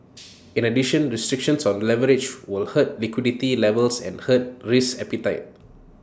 in addition restrictions on leverage will hurt liquidity levels and hurt risk appetite